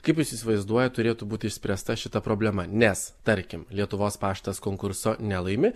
kaip jis įsivaizduoja turėtų būti išspręsta šita problema nes tarkim lietuvos paštas konkurso nelaimi